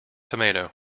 tomato